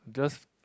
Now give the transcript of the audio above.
just